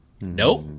Nope